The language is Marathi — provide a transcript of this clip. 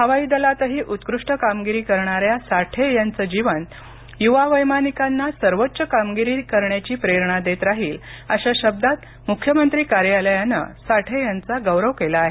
हवाई दलातही उत्कृष्ट कामगिरी करणाऱ्या साठे यांच जीवन युवा वैमानिकांना सर्वोच्च कामगिरी करण्याची प्रेरणा देत राहील अशा शब्दांत मुख्यमंत्री कार्यालयानं साठे यांचा गौरव केला आहे